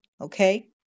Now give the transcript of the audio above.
Okay